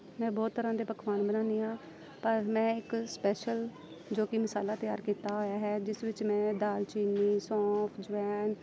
ਮੈਂ ਬਹੁਤ ਤਰ੍ਹਾਂ ਦੇ ਪਕਵਾਨ ਬਣਾਉਂਦੀ ਹਾਂ ਪਰ ਮੈਂ ਇੱਕ ਸਪੈਸ਼ਲ ਜੋ ਕਿ ਮਸਾਲਾ ਤਿਆਰ ਕੀਤਾ ਹੋਇਆ ਹੈ ਜਿਸ ਵਿੱਚ ਮੈਂ ਦਾਲਚੀਨੀ ਸੌਂਫ਼ ਅਜਵਾਇਣ